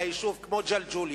לך ליישוב כמו ג'לג'וליה,